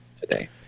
today